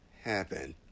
happen